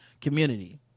community